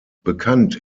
bekannt